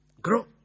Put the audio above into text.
Grow